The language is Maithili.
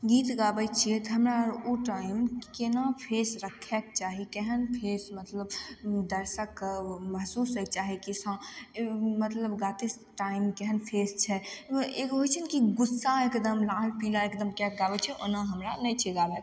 गीत गाबय छियै तऽ हमरा उ टाइम केना फेस रखयके चाही केहन फेस मतलब दर्शकके महसूस होइके चाही कि हँ मतलब गाते समय टाइम केहन फेस छै एगो होइ छै ने कि गुस्सा एकदम लाल पीला एकदम कएके आबय छै ओना हमरा नहि छै गाबयके